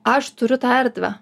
aš turiu tą erdvę